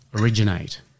originate